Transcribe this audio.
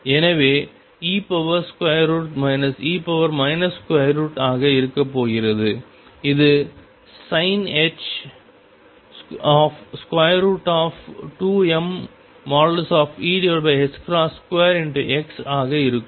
எனவே e e ஆக இருக்கப் போகிறது இது sinh 2mE2x ஆக இருக்கும்